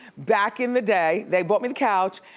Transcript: back in the day, they bought me the couch,